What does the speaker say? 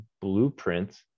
blueprint